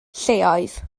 lleoedd